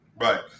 Right